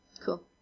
Cool